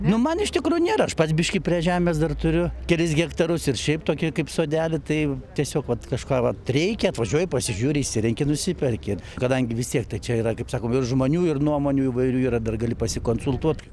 nu man iš tikrųjų nėra aš pats biškį prie žemės dar turiu kelis hektarus ir šiaip tokį kaip sodelį tai tiesiog vat kažką vat reikia atvažiuoji pasižiūri išsirenki nusiperki kadangi vis tiek tai čia yra kaip sakoma ir žmonių ir nuomonių įvairių yra dar gali pasikonsultuot